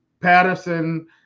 patterson